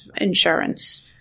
insurance